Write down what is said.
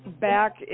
Back